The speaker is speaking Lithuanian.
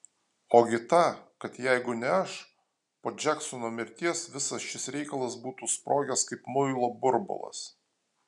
ogi tą kad jeigu ne aš po džeksono mirties visas šis reikalas būtų sprogęs kaip muilo burbulas